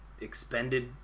expended